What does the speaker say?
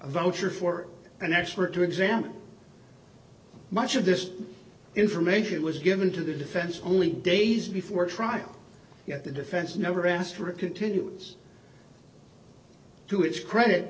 a voucher for an expert to examine much of this information was given to the defense only days before trial yet the defense never asked for a continuance to its credit